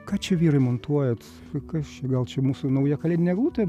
ką čia vyrai montuojat kas čia gal čia mūsų nauja kalėdinė eglutė